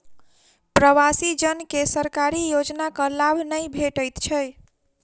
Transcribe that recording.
प्रवासी जन के सरकारी योजनाक लाभ नै भेटैत छै